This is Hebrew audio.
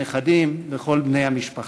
הנכדים וכל בני המשפחה,